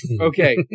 Okay